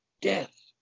death